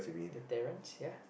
the Terrence ya